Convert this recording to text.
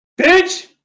bitch